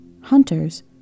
Hunters